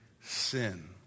sin